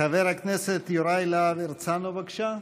חבר הכנסת יוראי להב הרצנו, בבקשה,